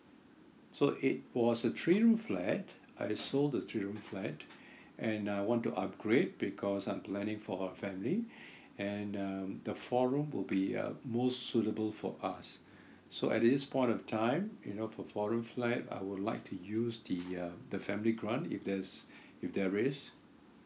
so it was a three room flat I sold the three room flat and I want to upgrade because I'm planning for a family and um the four room will be uh most suitable for us so at this point of time you know for four room flat I would like to use the uh the family grant if there's if there is